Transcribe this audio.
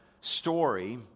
story